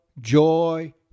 joy